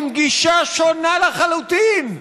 עם גישה שונה לחלוטין,